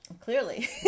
Clearly